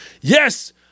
Yes